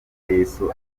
yesu